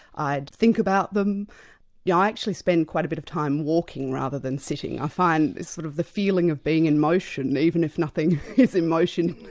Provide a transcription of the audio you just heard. i'd think about them yeah i actually spend quite a bit of time walking rather than sitting. i find sort of the feeling of being in motion, even if nothing is in motion,